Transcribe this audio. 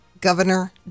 governor